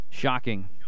Shocking